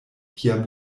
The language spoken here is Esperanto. kiam